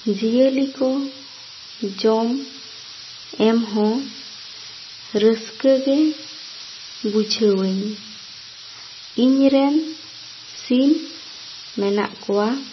ᱡᱤᱭᱟᱹᱞᱤ ᱠᱚ ᱡᱚᱢ ᱮᱢ ᱦᱚᱸ ᱨᱟᱹᱥᱠᱟᱹ ᱜᱮ ᱵᱩᱡᱷᱟᱹᱣᱟᱹᱧ ᱤᱧ ᱨᱮᱱ ᱥᱤᱢ ᱢᱮᱱᱟᱜ ᱠᱚᱣᱟ